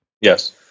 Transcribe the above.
Yes